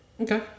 Okay